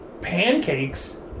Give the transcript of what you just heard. pancakes